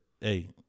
hey